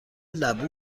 لبو